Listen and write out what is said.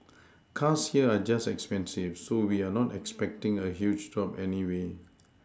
cars here are just expensive so we are not expecting a huge drop anyway